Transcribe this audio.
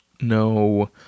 no